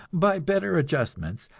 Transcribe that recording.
by better adjustments,